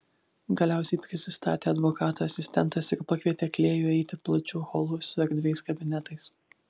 galiausiai prisistatė advokato asistentas ir pakvietė klėjų eiti plačiu holu su erdviais kabinetais